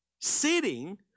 sitting